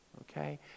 Okay